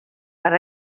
per